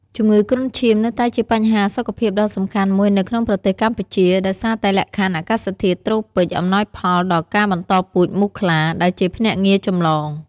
ជំងឺគ្រុនឈាមនៅតែជាបញ្ហាសុខភាពដ៏សំខាន់មួយនៅក្នុងប្រទេសកម្ពុជា ដោយសារតែលក្ខខណ្ឌអាកាសធាតុត្រូពិចអំណោយផលដល់ការបន្តពូជមូសខ្លា ដែលជាភ្នាក់ងារចម្លង។